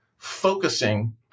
focusing